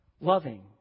loving